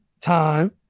time